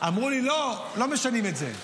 אמרו לי: לא, לא משנים את זה.